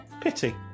pity